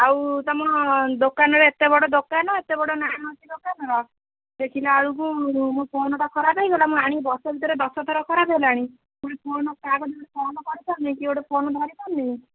ଆଉ ତୁମ ଦୋକାନରେ ଏତେ ବଡ଼ ଦୋକାନ ଏତେ ବଡ଼ ନାଁ ଅଛି ଦୋକାନର ଦେଖିଲା ବେଳକୁ ମୋ ଫୋନ୍ଟା ଖରାପ ହେଇଗଲା ମୁଁ ଆଣି ବର୍ଷେ ଭିତରେ ଦଶ ଥର ଖରାପ ହେଲାଣି ପୁଣି ଫୋନ କାହାକୁ ଗୋଟେ ଫୋନ୍ କରି ପାରୁନି କି ଗୋଟେ ଫୋନ୍ ଧରି ପାରୁନି